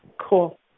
Cool